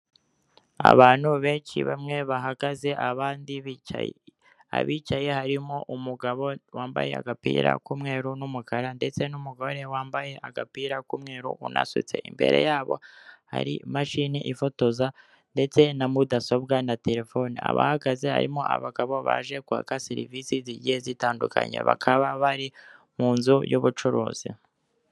Abantu benshi bamwe bahagaze abandi bicaye. Abicaye harimo umugabo wambaye agapira k'umweru n'umukara, ndetse n'umugore wambaye agapira k'umweru unasutse. Imbere yabo hari imashini ifotoza, ndetse na mudasobwa na telefone. Abahagaze harimo abagabo baje kwaka serivise zigiye zitandukanye, bakaba bari mu nzu y'ubucuruzi.